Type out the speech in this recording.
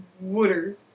Water